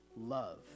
love